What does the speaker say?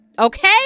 Okay